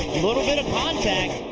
little bit of contact.